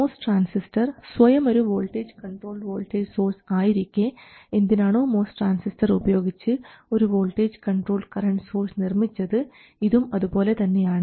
MOS transistor സ്വയമൊരു voltage controlled voltage source ആയിരിക്കെ എന്തിനാണോ MOS ട്രാൻസിസ്റ്റർ ഉപയോഗിച്ച് ഒരു വോൾട്ടേജ് കൺട്രോൾഡ് കറൻറ് സോഴ്സ് നിർമ്മിച്ചത് ഇതും അതുപോലെ തന്നെയാണ്